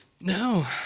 No